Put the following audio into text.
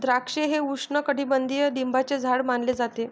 द्राक्षे हे उपोष्णकटिबंधीय लिंबाचे झाड मानले जाते